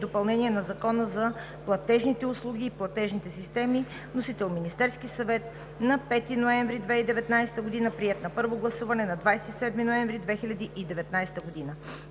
допълнение на Закона за платежните услуги и платежните системи. Внесен е от Министерския съвет на 8 ноември 2019 г. Приет е на първо гласуване на 27 ноември 2019 г.